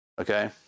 Okay